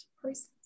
process